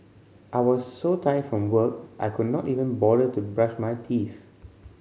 I was so tired from work I could not even bother to brush my teeth